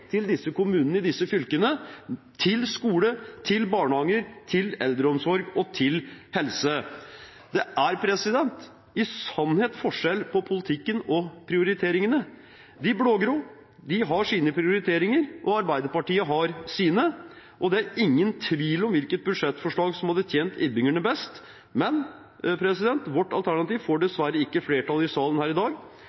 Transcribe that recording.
i disse fylkene – til skole, til barnehager, til eldreomsorg og til helse. Det er i sannhet forskjell på politikken og prioriteringene. De blå-grå har sine prioriteringer, og Arbeiderpartiet har sine. Det er ingen tvil om hvilket budsjettforslag som hadde tjent innbyggerne best, men vårt alternativ får